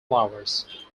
flowers